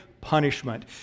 punishment